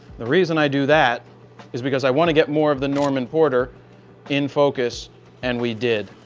the reason i do that is because i want to get more of the norman porter in focus and we did.